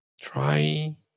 try